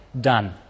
done